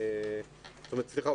סליחה,